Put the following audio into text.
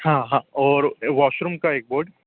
हाँ हाँ और वॉशरूम का एक बोर्ड